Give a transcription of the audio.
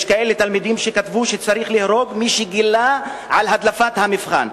יש כאלה תלמידים שכתבו שצריך להרוג את מי שגילה על הדלפת המבחן.